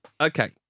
Okay